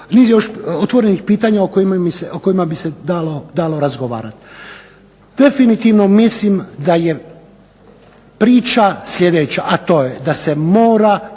niz je još otvorenih pitanja o kojima bi se dalo razgovarati. Definitivno mislim da je priča sljedeća, a to je da se mora